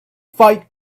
fight